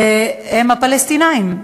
הם הפלסטינים.